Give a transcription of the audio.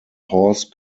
horse